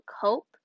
cope